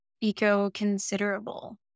eco-considerable